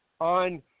on